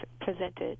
presented